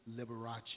Liberace